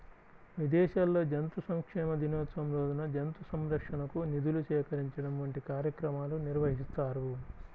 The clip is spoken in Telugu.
విదేశాల్లో జంతు సంక్షేమ దినోత్సవం రోజున జంతు సంరక్షణకు నిధులు సేకరించడం వంటి కార్యక్రమాలు నిర్వహిస్తారు